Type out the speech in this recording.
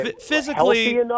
physically